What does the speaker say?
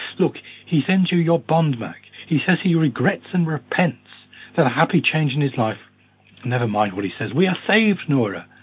look, he sends you your bond back. he says he regrets and repents that a happy change in his life never mind what he says! we are saved, nora!